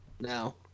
no